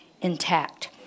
intact